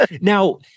Now